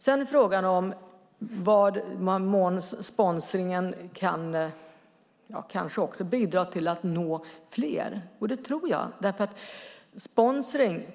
Sedan är frågan i vad mån sponsringen också kan bidra till att nå flera. Jag tror att den kan det.